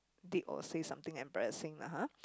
did or say something embarrassing lah [huh]